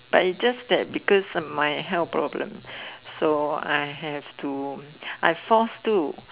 but it's just that because my health problem so I have to I forced to